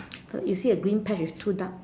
uh you see a green patch with two duck